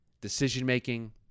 Decision-making